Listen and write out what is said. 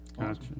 Gotcha